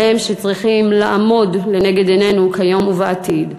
והם שצריכים לעמוד לנגד עינינו כיום ובעתיד.